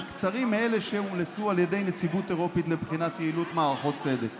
הם קצרים מאלה שהומלצו על ידי נציבות אירופית לבחינת יעילות מערכות צדק